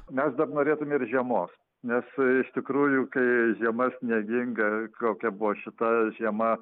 mes dar norėtume ir žiemos nes iš tikrųjų kai žiema snieginga kokia buvo šita žiema